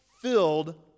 filled